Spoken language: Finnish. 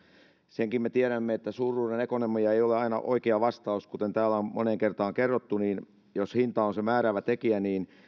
senkin me tiedämme että suuruuden ekonomia ei ole aina oikea vastaus kuten täällä on moneen kertaan kerrottu jos hinta on se määräävä tekijä niin